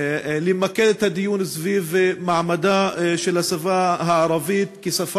למקד את הדיון סביב מעמדה של השפה הערבית כשפה